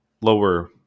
lower